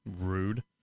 rude